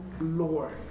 Lord